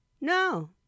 No